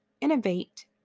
innovate